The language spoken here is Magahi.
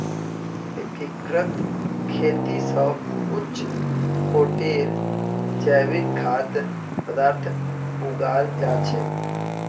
एकीकृत खेती स उच्च कोटिर जैविक खाद्य पद्दार्थ उगाल जा छेक